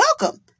welcome